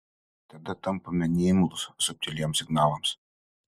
tada tampame neimlūs subtiliems signalams